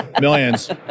Millions